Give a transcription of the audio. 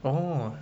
oh